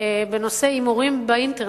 בנושא הימורים באינטרנט,